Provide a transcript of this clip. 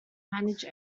manage